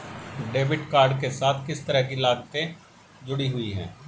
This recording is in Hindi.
डेबिट कार्ड के साथ किस तरह की लागतें जुड़ी हुई हैं?